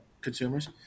consumers